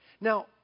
Now